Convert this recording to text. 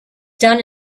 done